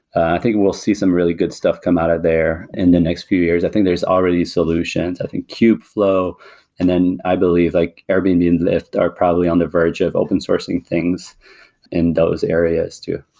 i think we'll see some really good stuff come out of there in the next few years. i think there's already solutions. i think kubeflow and then i believe like airbnb and lyft are probably on the verge of open sourcing things in those areas too